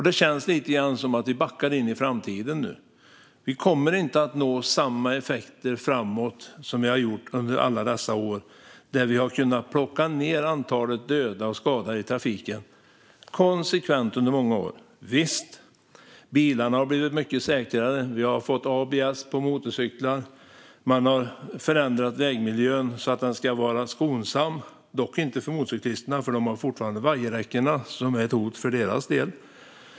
Det känns lite grann som att vi nu backar in i framtiden. Vi kommer inte att nå samma effekter framöver som vi gjort under alla år då vi kunnat plocka ned antalet döda och skadade i trafiken, konsekvent under många år. Visst, bilarna har blivit mycket säkrare. Vi har fått ABS på motorcyklar. Man har förändrat vägmiljön så att den ska vara skonsam - dock inte för motorcyklisterna, för vajerräckena är fortfarande ett hot för deras del.